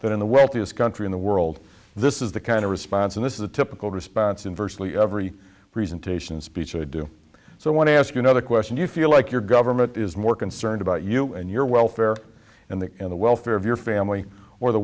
that in the wealthiest country in the world this is the kind of response and this is a typical response in virtually every reason to speech i do so want to ask you another question you feel like your government is more concerned about you and your welfare and that in the welfare of your family or the